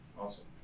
awesome